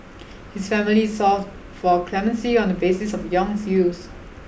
his family sought for clemency on the basis of Yong's youth